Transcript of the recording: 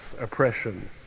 oppression